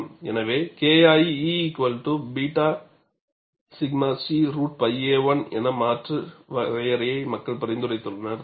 எனவே KIe𝜷𝛔 c √𝝿a1 என மாற்று வரையறையை மக்கள் பரிந்துரைத்துள்ளனர்